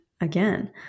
again